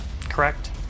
Correct